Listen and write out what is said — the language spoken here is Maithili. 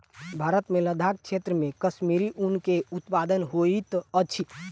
भारत मे लदाख क्षेत्र मे कश्मीरी ऊन के उत्पादन होइत अछि